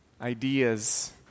ideas